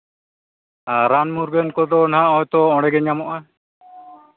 ᱨᱟᱱ ᱢᱩᱨᱜᱟᱹᱱ ᱠᱚᱫᱚ ᱱᱟᱦᱟᱜ ᱚᱸᱰᱮᱜᱮ ᱧᱟᱢᱚᱜᱼᱟ